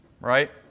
Right